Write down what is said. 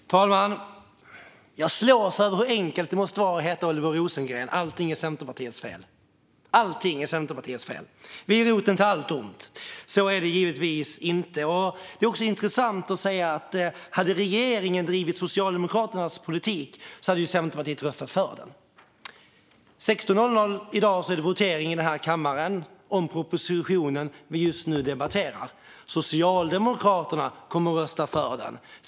Fru talman! Jag slås av hur enkelt det måste vara att heta Oliver Rosengren. Allt är Centerpartiets fel. Allt är Centerpartiets fel. Vi är roten till allt ont. Så är det givetvis inte. Det är också intressant att höra att om regeringen hade drivit Socialdemokraternas politik hade Centerpartiet röstat för den. Klockan 16.00 i dag är det votering i den här kammaren om propositionen vi just nu debatterar. Socialdemokraterna kommer att rösta för den.